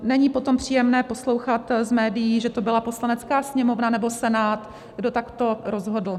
Není potom příjemné poslouchat z médií, že to byla Poslanecká sněmovna nebo Senát, kdo takto rozhodl.